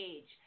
Age